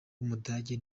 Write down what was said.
w’umudage